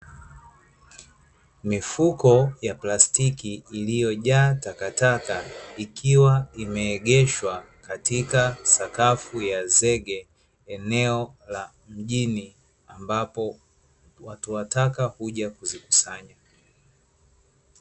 Mifuko ya plastiki iliojaa takataka, ikiwa imeegeshwa katika sakafu ya zege eneo la mjini, ambapo watu wa taka huja kuzikusanya.